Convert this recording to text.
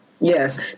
Yes